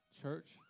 Church